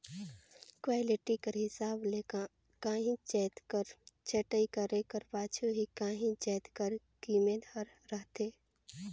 quality कर हिसाब ले काहींच जाएत कर छंटई करे कर पाछू ही काहीं जाएत कर कीमेत हर रहथे